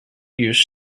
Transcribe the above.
used